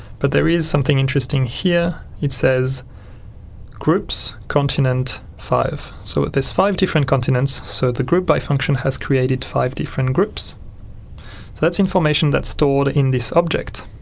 but there is something interesting here it says groups continent five. so there's five different continents, so the group by function has created five different groups, so that's information that's stored in this object.